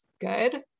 good